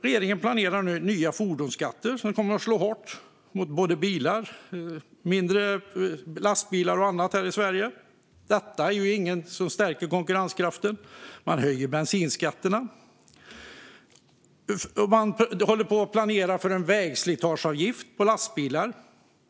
Regeringen planerar nu nya fordonsskatter som kommer att slå hårt mot ägare av både bilar och mindre lastbilar här i Sverige. Detta är inget som stärker konkurrenskraften. Man höjer bensinskatterna. Vidare planerar man för en vägslitageavgift för lastbilar.